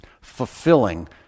Fulfilling